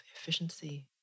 efficiency